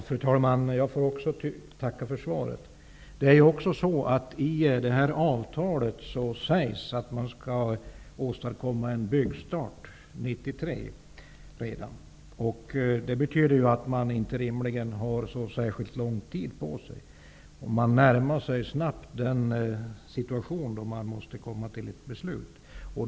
Fru talman! Jag vill också tacka för svaret. I det här avtalet sägs det att man skall åstadkomma en byggstart redan 1993. Det betyder rimligen att man inte har särskilt lång tid på sig. Man närmar sig snabbt den situation då man måste komma fram till ett beslut.